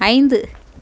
ஐந்து